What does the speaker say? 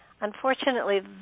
unfortunately